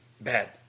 bad